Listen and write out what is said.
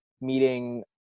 meeting